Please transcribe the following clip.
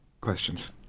questions